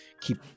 Keep